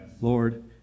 Lord